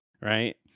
right